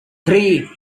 three